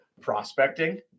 prospecting